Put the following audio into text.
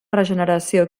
regeneració